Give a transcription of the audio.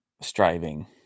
striving